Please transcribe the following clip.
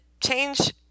change